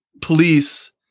police